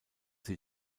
sie